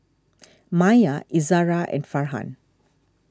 Maya Izzara and Farhan